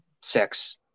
sex